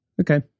Okay